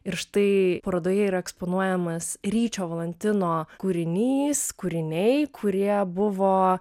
ir štai parodoje yra eksponuojamas ryčio valantino kūrinys kūriniai kurie buvo